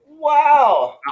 Wow